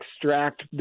extract